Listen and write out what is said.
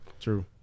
True